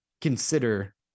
consider